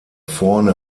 vorne